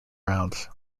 round